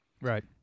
right